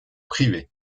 privées